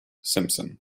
simpson